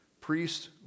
priests